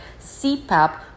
CPAP